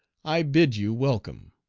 i bid you welcome.